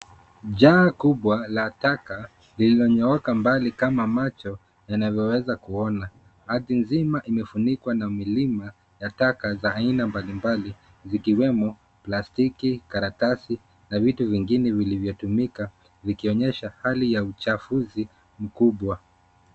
Jaa kubwa la taka, linanyooka mbali, kama macho, yanavyoweza kuona. Ardhi nzima imefunikwa na milima, ya taka za aina mbalimbali, zikiwemo plastiki, karatasi, na vitu vingine vilivyotumika, vikionyesha hali ya uchafuzi mkubwa.